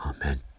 Amen